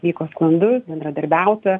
vyko sklandus bendradarbiauta